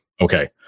Okay